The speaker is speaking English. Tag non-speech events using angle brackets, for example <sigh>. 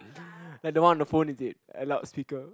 <breath> like the one of the phone is it a loudspeaker